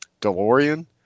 DeLorean